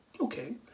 okay